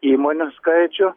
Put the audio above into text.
įmonių skaičių